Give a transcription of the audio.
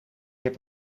heb